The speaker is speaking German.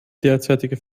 derzeitige